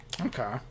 Okay